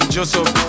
Joseph